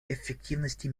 эффективности